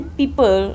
people